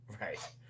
Right